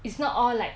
it's not all like